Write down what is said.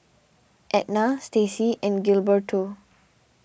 Edna Staci and Gilberto